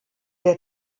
der